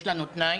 יש לנו תנאי.